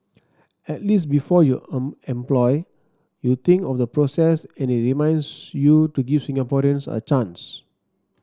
at least before you employ you think of the process and it reminds you to give Singaporeans a chance